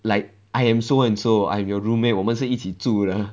like I am so and so I'm your roommate 我们是一起住的